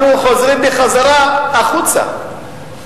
אנחנו חוזרים בחזרה החוצה.